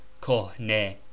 kohne